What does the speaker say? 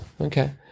Okay